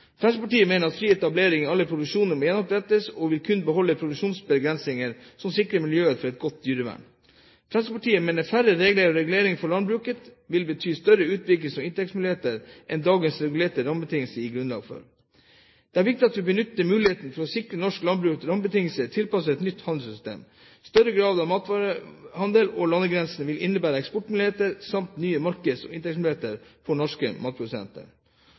Fremskrittspartiet mener at fri etablering i alle produksjoner må gjenopprettes og vil kun beholde produksjonsbegrensninger som sikrer miljøet og et godt dyrevern. Fremskrittspartiet mener som sagt at færre regler og reguleringer for landbruket vil bety større utviklings- og inntektsmuligheter enn det dagens regulerte rammebetingelser gir grunnlag for. Det er viktig at vi benytter mulighetene for å sikre norsk landbruk rammebetingelser tilpasset et nytt handelssystem. Større grad av matvarehandel over landegrensene vil innebære eksportmuligheter samt nye markeds- og inntektsmuligheter for norske matprodusenter.